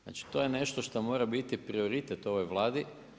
Znači to je nešto što mora biti prioritet ovoj Vladi.